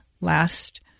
last